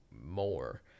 more